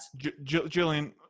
Jillian